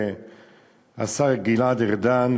השר גלעד ארדן,